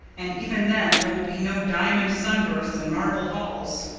and even then there will be no diamond sunbursts and marble halls.